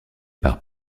par